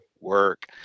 work